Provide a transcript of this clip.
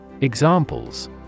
Examples